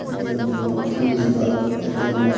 ꯑꯗꯣꯝꯕꯨ ꯅꯣꯛꯍꯜꯂꯤꯕ ꯑꯗꯣꯝꯅ